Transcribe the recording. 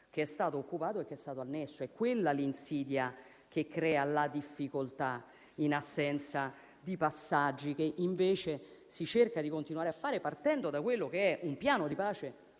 che è stata occupata e annessa; è quella l'insidia che crea la difficoltà, in assenza di passaggi che invece si cerca di continuare a fare, partendo da un piano di pace